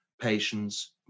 patients